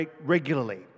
regularly